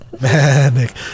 Manic